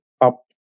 up